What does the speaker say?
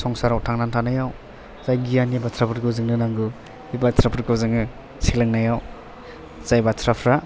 संसाराव थांनानै थानायाव जाय गियाननि बाथ्राफोरखौ जोंनो नांगौ बे बाथ्राफोरखौ जोङो सोलोंनायाव जाय बाथ्राफ्रा